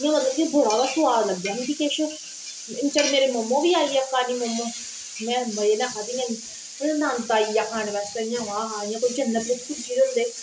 मिगी ओहदे च बडा गै स्बाद लग्गेआ किश इन्ने चिर मेरे मोमोस बी आई गे अफगानी मोमो फिह् में मजे कन्नै खाद्धी नंद आई गेआ खाने दा इयां स्बाद हा इन्ना